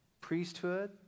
priesthood